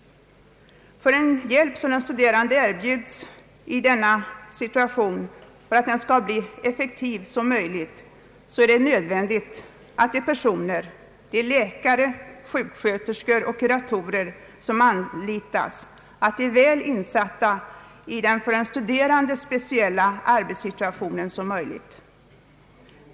För att den hjälp som den studerande erbjuds i denna situation skall bli så effektiv som möjligt, är det nödvändigt att de personer — läkare, sköterskor och kuratorer — som anlitas är så väl insatta i den för de studerande speciella arbetssituationen som möjligt.